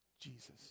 Jesus